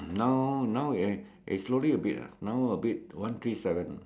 now now uh slowly a bit ah now a bit one three seven